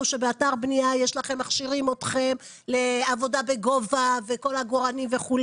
שבאתר בניה מכשירים אתכם לעבודה בגובה וכל העגורנים וכו',